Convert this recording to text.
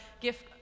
gift